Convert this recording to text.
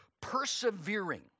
persevering